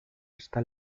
está